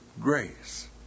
grace